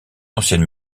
ancienne